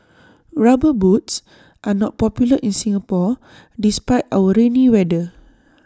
rubber boots are not popular in Singapore despite our rainy weather